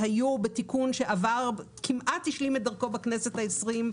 שהיו בתיקון שכמעט השלים את דרכו בכנסת העשרים,